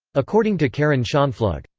according to karin schonpflug,